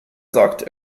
sagt